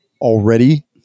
already